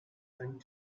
and